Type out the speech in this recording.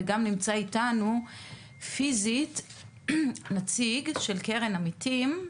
וגם נמצא אתנו נציג של קרן עמיתים,